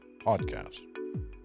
podcast